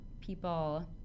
people